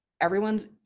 everyone's